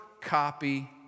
copy